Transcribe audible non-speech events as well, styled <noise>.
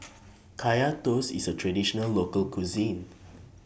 <noise> Kaya Toast IS A Traditional Local Cuisine